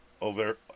over